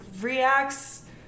reacts